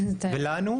ולנו,